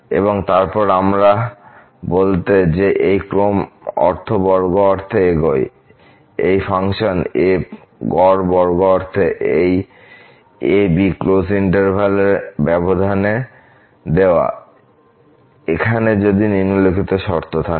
এবং তারপর আমরা বলতে যে এই ক্রম অর্থ বর্গ অর্থে এগোয় এই ফাংশন f গড় বর্গ অর্থে এই abব্যবধান দেওয়া এখানে যদি নিম্নলিখিত শর্তগুলি থাকে